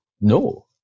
no